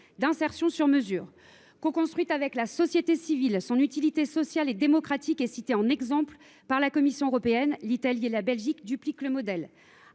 d’insertion sur mesure ». Elle a été coconstruite avec la société civile, et son utilité sociale et démocratique est citée en exemple par la Commission européenne ; l’Italie et la Belgique en dupliquent le modèle.